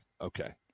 Okay